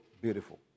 beautiful